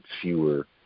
fewer